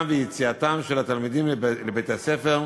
ויציאתם של התלמידים לבית-הספר וממנו,